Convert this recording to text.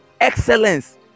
excellence